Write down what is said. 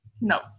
No